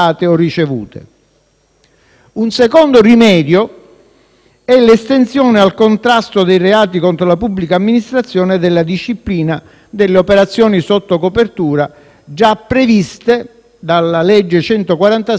Un secondo rimedio è l'estensione al contrasto dei reati contro la pubblica amministrazione della disciplina delle operazioni sotto copertura, già previste dalla legge n. 146 del 2006.